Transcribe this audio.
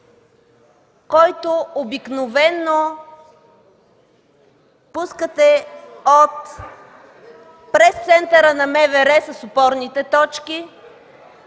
който обикновено пускате от Пресцентъра на МВР с опорните точки,